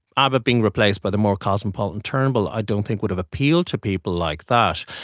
abbott being replaced by the more cosmopolitan turnbull i don't think would have appealed to people like that.